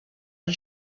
این